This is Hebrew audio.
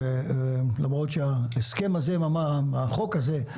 למרות שהחוק הזה,